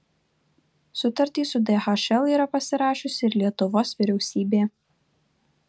sutartį su dhl yra pasirašiusi ir lietuvos vyriausybė